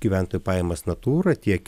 gyventojų pajamas natūra tiek